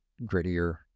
grittier